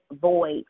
void